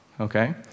okay